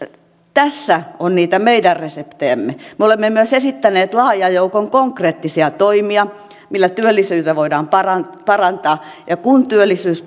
tässä on niitä meidän reseptejämme me olemme esittäneet myös laajan joukon konkreettisia toimia millä työllisyyttä voidaan parantaa ja kun työllisyys